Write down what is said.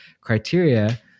criteria